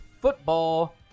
football